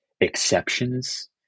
exceptions